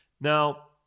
Now